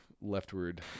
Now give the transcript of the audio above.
leftward